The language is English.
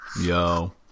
yo